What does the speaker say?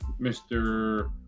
Mr